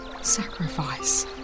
sacrifice